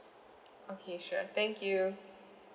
okay sure thank you